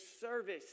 service